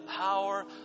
power